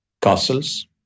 castles